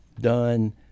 done